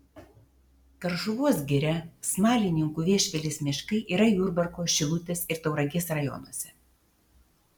karšuvos giria smalininkų viešvilės miškai yra jurbarko šilutės ir tauragės rajonuose